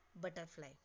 butterfly